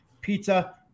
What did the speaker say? pizza